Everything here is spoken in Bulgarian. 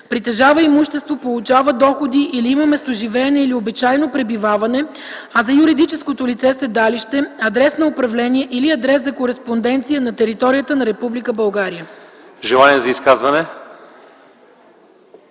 притежава имущество, получава доходи или има местоживеене или обичайно пребиваване, а за юридическото лице – седалище, адрес на управление или адрес за кореспонденция на територията на Република